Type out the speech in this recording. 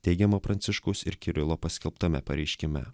teigiama pranciškaus ir kirilo paskelbtame pareiškime